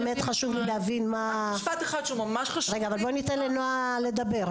שממש חשוב לי,